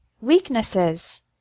Weaknesses